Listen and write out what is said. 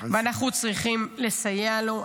ואנחנו צריכים לסייע לו.